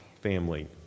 family